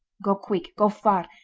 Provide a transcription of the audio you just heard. go quick go far,